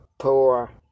poor